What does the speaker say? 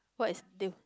what is deal